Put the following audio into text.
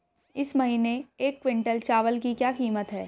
इस महीने एक क्विंटल चावल की क्या कीमत है?